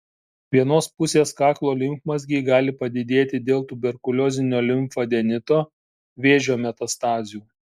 vienos pusės kaklo limfmazgiai gali padidėti dėl tuberkuliozinio limfadenito vėžio metastazių